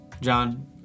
John